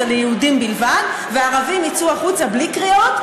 ליהודים בלבד והערבים יצאו החוצה בלי קריאות,